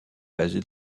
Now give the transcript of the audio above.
basé